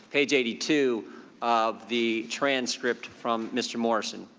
page eighty two of the transcript from mr. morrison.